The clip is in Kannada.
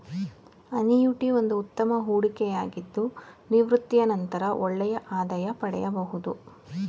ಅನಿಯುಟಿ ಒಂದು ಉತ್ತಮ ಹೂಡಿಕೆಯಾಗಿದ್ದು ನಿವೃತ್ತಿಯ ನಂತರ ಒಳ್ಳೆಯ ಆದಾಯ ಪಡೆಯಬಹುದು